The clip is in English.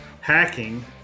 hacking